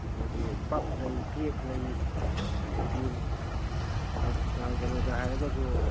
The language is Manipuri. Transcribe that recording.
ꯑꯗꯒꯤ ꯄꯞ ꯂꯩ ꯀꯦꯛ ꯂꯩ ꯑꯗꯒꯤ ꯀꯩꯅꯣꯗ ꯍꯥꯏꯔꯒꯁꯨ